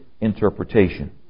interpretation